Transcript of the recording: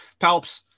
palps